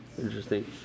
Interesting